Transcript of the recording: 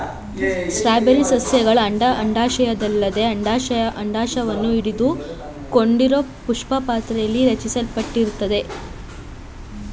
strawberry ಸಸ್ಯಗಳ ಅಂಡಾಶಯದಲ್ಲದೆ ಅಂಡಾಶವನ್ನು ಹಿಡಿದುಕೊಂಡಿರೋಪುಷ್ಪಪಾತ್ರೆಲಿ ರಚಿಸಲ್ಪಟ್ಟಿರ್ತದೆ